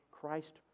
Christ